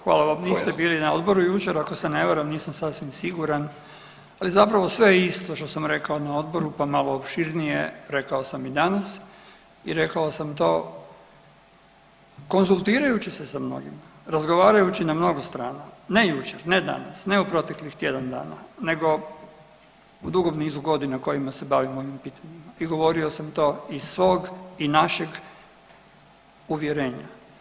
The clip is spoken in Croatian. Hvala vam, niste bili na odboru jučer ako se ne varam, nisam sasvim siguran, ali zapravo sve je isto što sam rekao na odboru, pa malo opširnije rekao sam i danas i rekao sam to konzultirajući se sa mnogima, razgovarajući na mnogo strana, ne jučer, ne danas, ne u proteklih tjedan dana nego u dugom nizu godina kojima se bavim o ovim pitanjima i govorio sam to iz svog i našeg uvjerenja.